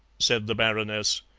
said the baroness.